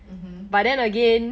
mmhmm